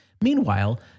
Meanwhile